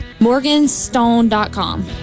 Morganstone.com